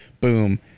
boom